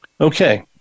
Okay